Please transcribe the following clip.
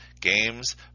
games